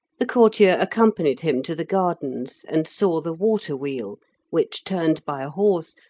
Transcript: the courtier accompanied him to the gardens, and saw the water-wheel which, turned by a horse,